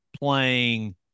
playing